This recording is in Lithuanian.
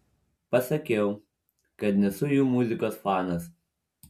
pasakiau kad nesu jų muzikos fanas